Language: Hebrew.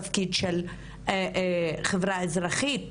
תפקיד של החברה האזרחית,